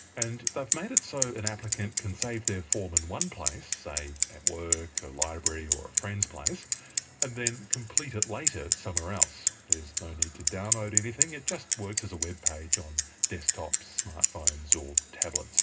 and they've made it so an applicant can save their form in one place, say at work, a library or a friend's place, and then complete it later somewhere else. there is no need to download anything, it just works as a webpage on desktops, smart phones or tablets